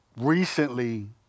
recently